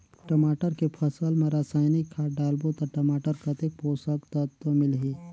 टमाटर के फसल मा रसायनिक खाद डालबो ता टमाटर कतेक पोषक तत्व मिलही?